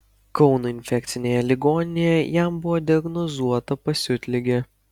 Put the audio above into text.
kauno infekcinėje ligoninėje jam buvo diagnozuota pasiutligė